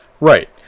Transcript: right